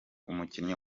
umukinnyi